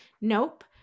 nope